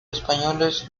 españoles